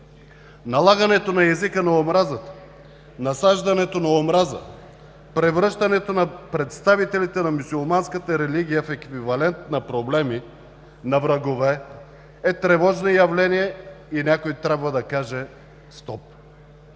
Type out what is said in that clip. Налагането на езика на омразата, насаждането на омраза, превръщането на представителите на мюсюлманската религия в еквивалент на проблеми, на врагове, е тревожно явление и някой трябва да каже: „Стоп!“.